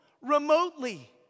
remotely